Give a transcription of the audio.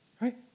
right